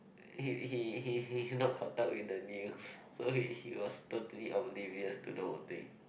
he he he he not caught up with the news so he he was totally oblivious to the whole thing